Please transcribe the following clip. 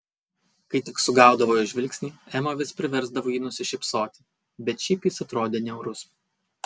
kai tik sugaudavo jo žvilgsnį ema vis priversdavo jį nusišypsoti bet šiaip jis atrodė niaurus